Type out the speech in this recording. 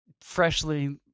freshly